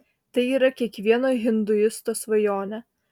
tai yra kiekvieno hinduisto svajonė